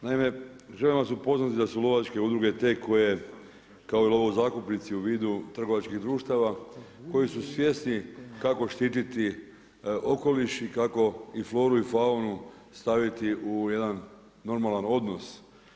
Naime, želim vas upoznati da su lovačke udruge te koje kao i lovozakupnici u vidu trgovačkih društava koji su svjesni kako štititi okoliš i kako i floru i faunu staviti u jedan normalan odnos.